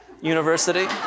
University